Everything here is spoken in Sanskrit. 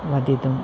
वदितुम्